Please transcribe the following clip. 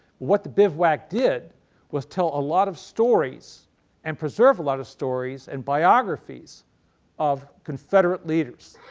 what the bivouac did was tell a lot of stories and preserve a lot of stories and biographies of confederate leaders,